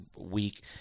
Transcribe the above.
week